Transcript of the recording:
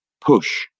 push